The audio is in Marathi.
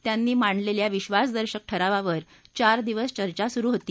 त्यांनी मांडलेल्या विबासदर्शक ठरावावर चार दिवस चर्चा सुरु होती